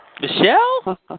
Michelle